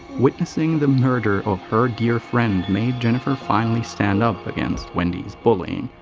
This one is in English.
witnessing the murder of her dear friend made jennifer finally stand up against wendy's bullying.